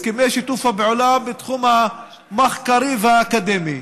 הסכמי שיתוף הפעולה בתחום המחקרי והאקדמי,